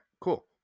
cool